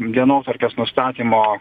dienotvarkės nustatymo